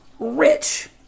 rich